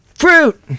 Fruit